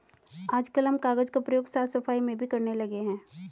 आजकल हम कागज का प्रयोग साफ सफाई में भी करने लगे हैं